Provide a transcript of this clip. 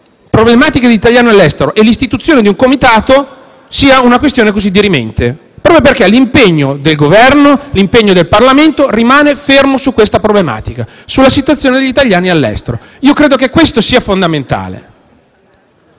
problematiche degli italiani all'estero e l'istituzione di un Comitato sia una questione così dirimente, proprio perché l'impegno del Governo e l'impegno del Parlamento rimangono fermi su questa problematica e sulla situazione degli italiani all'estero. Credo che questo sia fondamentale.